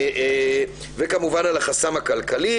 וכמובן על החסם הכלכלי,